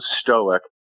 stoic